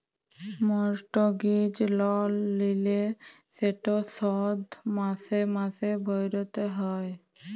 mortgage লল লিলে সেট শধ মাসে মাসে ভ্যইরতে হ্যয়